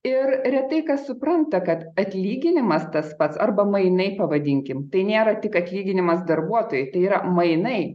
ir retai kas supranta kad atlyginimas tas pats arba mainai pavadinkim tai nėra tik atlyginimas darbuotojui tai yra mainai